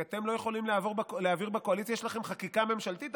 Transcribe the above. כי אתם לא יכולים להעביר בקואליציה שלכם חקיקה ממשלתית?